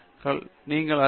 தேஷ்பாண்டே சர்வதேச அளவில்